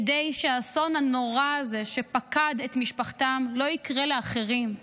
כדי שהאסון הנורא הזה שפקד את משפחתם לא יקרה לאחרים.